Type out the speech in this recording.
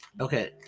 okay